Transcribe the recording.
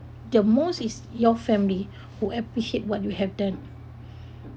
the most is your family who appreciate what you have done